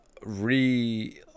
re